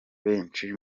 benshi